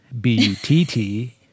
B-U-T-T